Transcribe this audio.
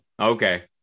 Okay